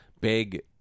big